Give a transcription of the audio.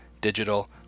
digital